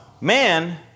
man